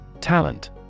Talent